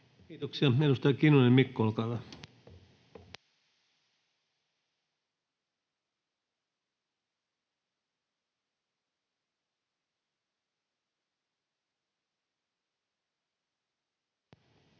Kiitoksia. — Edustaja Kinnunen, Mikko, olkaa hyvä.